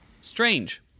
Strange